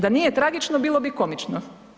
Da nije tragično, bilo bi komično.